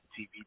TV